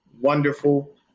wonderful